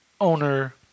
owner